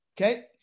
Okay